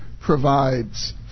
provides